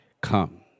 come